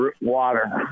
water